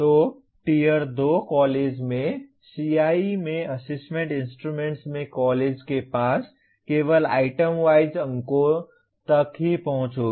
तो tier 2 college में CIE में असेसमेंट इंस्ट्रूमेंट्स में कॉलेज के पास केवल आइटम वाइज अंकों तक ही पहुंच होगी